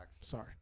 Sorry